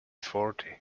forty